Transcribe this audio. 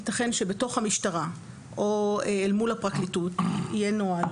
יתכן שבתוך המשטרה או אל מול הפרקליטות יהיה נוהל